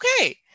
okay